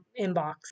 inbox